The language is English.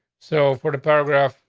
so for the paragraph,